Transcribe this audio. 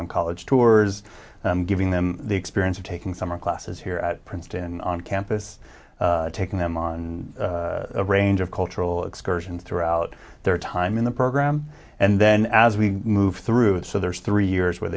on college tours giving them the experience of taking summer classes here at princeton on campus taking them on a range of cultural excursion throughout their time in the program and then as we move through it so there's three years where